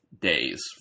days